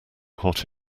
hot